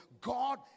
God